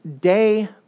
day